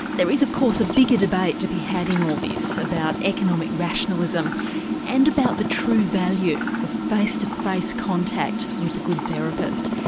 there is of course a bigger debate to be had in all this about economic rationalism and about the true value of face to face contact with a good therapist.